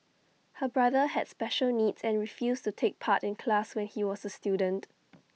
her brother had special needs and refused to take part in class when he was A student